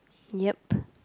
ya